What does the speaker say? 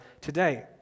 today